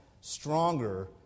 stronger